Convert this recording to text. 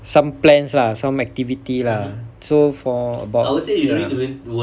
some plans lah some activity lah so for about ya